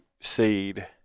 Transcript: seed